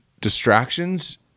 distractions